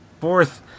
fourth